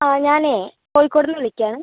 ആ ഞാനേ കോഴിക്കോടിന്ന് വിളിക്കുവാണ്